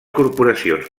corporacions